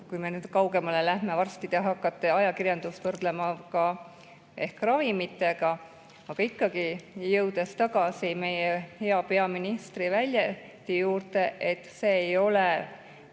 Kui nüüd kaugemale minna, siis varsti te hakkate ajakirjandust võrdlema äkki ravimitega. Aga ikkagi, jõudes tagasi meie hea peaministri väljendi juurde: see ei ole